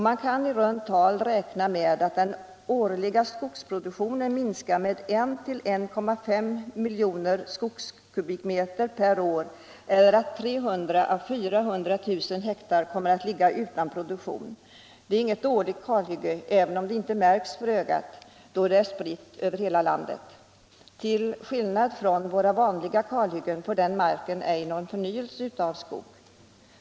Man kan i runt tal räkna med att den årliga skogsproduktionen minskar med 1-1,5 miljoner skogskubikmeter per år eller att 300 000-400 000 ha kommer att ligga utan produktion. Det är på sitt sätt inget dåligt kalhygge, spritt över hela landet. Till skillnad från våra vanliga kalhyggen får den marken ej någon förnyelse av skog.